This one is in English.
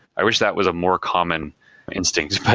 i wish that was a more common instinct,